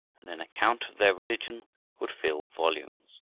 and an account of their religion would fill volumes.